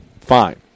Fine